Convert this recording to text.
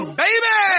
baby